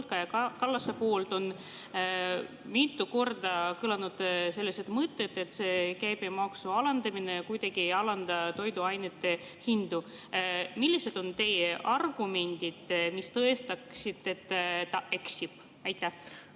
Kallase poolt mitu korda kõlanud mõte, et käibemaksu alandamine kuidagi ei alanda toiduainete hindu. Millised on teie argumendid, mis tõestaksid, et ta eksib? Suur